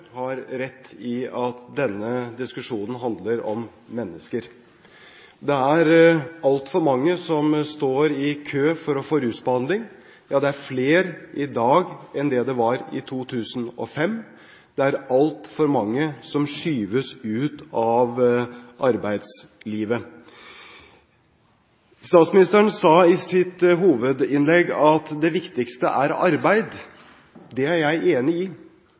har rett i at denne diskusjonen handler om mennesker. Det er altfor mange som står i kø for å få rusbehandling – ja, det er flere i dag enn det var i 2005. Det er altfor mange som skyves ut av arbeidslivet. Statsministeren sa i sitt hovedsvar at det viktigste er arbeid. Det er jeg enig i.